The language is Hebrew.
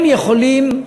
הם יכולים,